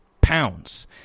pounds